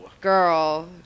Girl